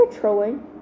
trolling